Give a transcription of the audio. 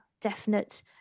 definite